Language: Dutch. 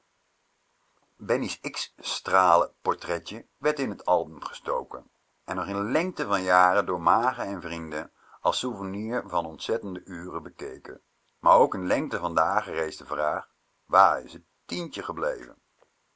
zoeken bennie's x stralen portretje werd in t album gestoken en nog in lengte van jaren door magen en vrienden als souvenir van ontzettende uren bekeken maar ook in lengte van dagen rees de vraag waar is t tientje gebleven